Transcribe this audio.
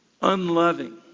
unloving